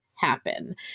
happen